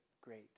great